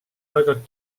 väga